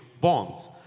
bonds